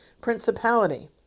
principality